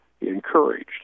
encouraged